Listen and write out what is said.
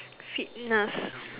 fitness